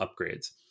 upgrades